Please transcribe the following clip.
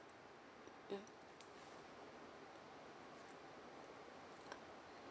mmhmm uh